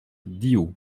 diou